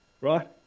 right